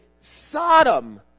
Sodom